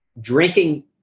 drinking